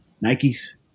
Nike's